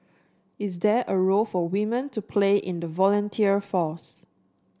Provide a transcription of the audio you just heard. is there a role for women to play in the volunteer force